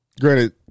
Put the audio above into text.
Granted